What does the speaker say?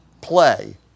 play